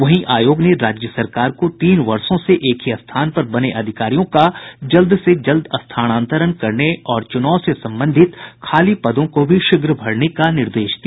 वहीं आयोग ने राज्य सरकार को तीन वर्षो से एक ही स्थान पर बने अधिकारियों का जल्द से जल्द स्थानांतरण करने और चुनाव से संबंधित खाली पदों को भी शीघ्र भरने का निर्देश दिया